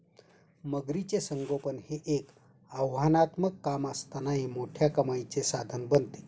मगरीचे संगोपन हे एक आव्हानात्मक काम असतानाही मोठ्या कमाईचे साधन बनते